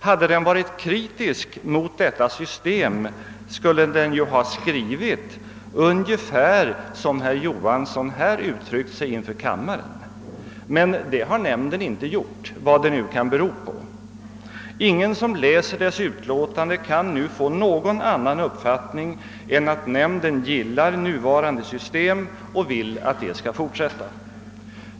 Hade nämnden varit kritisk mot detta system skulle den ha skrivit ungefär som herr Johansson nu uttryckt sig inför kammaren, men det har den inte gjort, vad det nu kan bero på. Ingen som läser nämndens utlåtande kan få någon annan uppfattning än att nämnden gillar det nuvarande systemet och vill att det skall fortsätta.